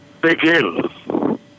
Begin